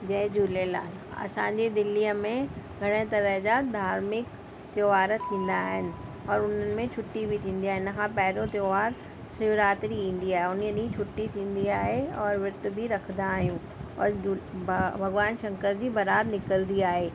जय झूलेलाल असांजे दिल्लीअ में तरह तरह जा धार्मिक त्योहार थींदा आहिनि और हुननि में छुटी बि थींदी आहे हिन खां पहिरियों त्योहार शिवरात्री ईंदी आ उने ॾी छुटी थींदी आहे औरि विर्त बि रखदा आहियूं औरि जू ब भॻिवान शंकर जी बरात निकिरंदी आहे